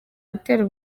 gutera